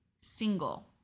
single